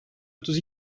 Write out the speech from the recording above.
otuz